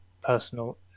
personal